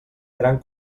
gran